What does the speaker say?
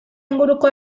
inguruko